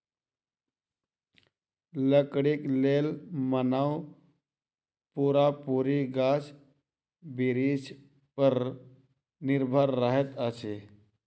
लकड़ीक लेल मानव पूरा पूरी गाछ बिरिछ पर निर्भर रहैत अछि